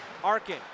Arkin